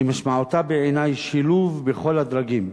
שמשמעותה, בעיני, שילוב בכל הדרגים,